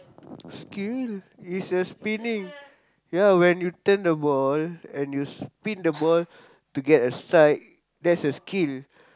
skill is a spinning ya when you turn the ball and you spin the ball to get a strike that's a skill